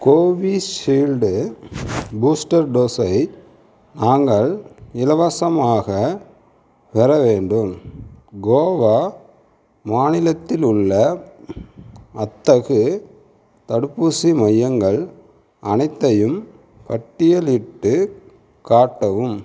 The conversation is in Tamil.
கோவிஷீல்டு பூஸ்டர் டோஸை நாங்கள் இலவசமாகப் பெற வேண்டும் கோவா மாநிலத்தில் உள்ள அத்தகு தடுப்பூசி மையங்கள் அனைத்தையும் பட்டியலிட்டுக் காட்டவும்